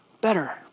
better